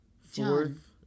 Fourth